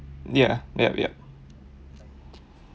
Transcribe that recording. ya yup yup